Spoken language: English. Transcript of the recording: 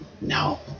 no